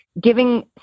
giving